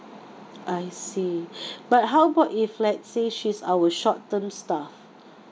I see but how about if let's say she's our short term staff